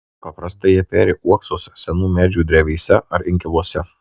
paprastai jie peri uoksuose senų medžių drevėse ar inkiluose